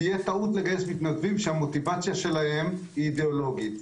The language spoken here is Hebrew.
תהיה טעות לגייס מתנדבים שהמוטיבציה שלהם היא אידיאולוגית,